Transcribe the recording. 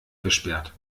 versperrt